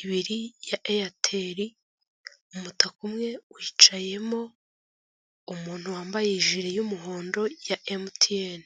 ibiri ya Airtel, umutaka umwe wicayemo umuntu wambaye ijiri y'umuhondo ya MTN.